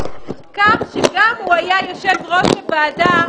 כך שהוא היה גם יושב-ראש הוועדה,